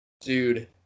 dude